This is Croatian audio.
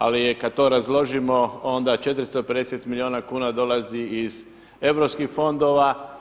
Ali je kad to razložimo onda 450 milijuna kuna dolazi iz europskih fondova.